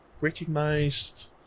recognized